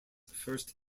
first